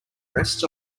rests